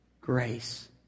grace